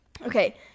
Okay